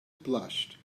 blushed